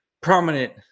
prominent